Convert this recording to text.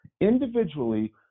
individually